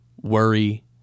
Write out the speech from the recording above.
worry